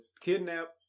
kidnap